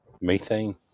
methane